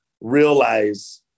realize